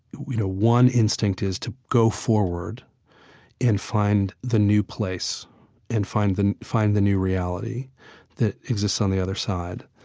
you know, one instinct is to go forward and find the new place and find the find the new reality that exists on the other side.